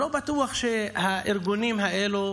לא בטוח שהארגונים האלה